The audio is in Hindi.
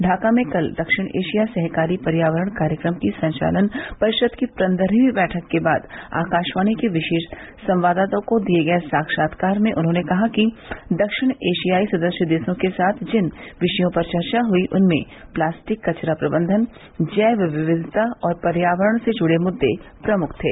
ढाका में कल दक्षिण एशिया सहकारी पर्यावरण कार्यक्रम की संचालन परिषद की पन्द्रहवीं बैठक के बाद आकाशवाणी के विशेष संवाददाता को दिए साक्षात्कार में उन्होंने कहा कि दक्षिण एशियाई सदस्य देशों के साथ जिन विषयों पर चर्चा हुई उनमें प्लास्टिक कचरा प्रबंधन जैव विविधता और पर्यावरण से जुड़े मुद्दे प्रमुख थे